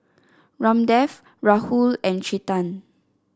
Ramdev Rahul and Chetan